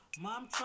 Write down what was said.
Mom